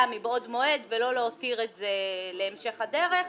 מבעוד מועד ולא להותיר את זה להמשך הדרך.